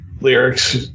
lyrics